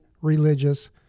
religious